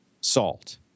salt